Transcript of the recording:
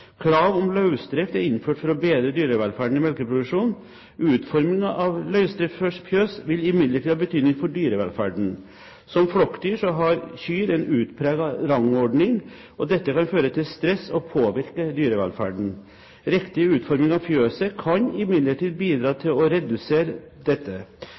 vil imidlertid ha betydning for dyrevelferden. Som flokkdyr har kyr en utpreget rangordning, og dette kan føre til stress og påvirke dyrevelferden. Riktig utforming av fjøset kan imidlertid bidra til å redusere dette.